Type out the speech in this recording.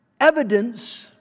evidence